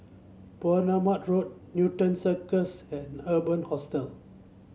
Bournemouth Road Newton Circus and Urban Hostel